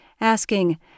asking